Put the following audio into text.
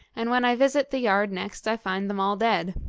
and when i visit the yard next i find them all dead.